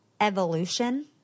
evolution